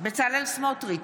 בצלאל סמוטריץ'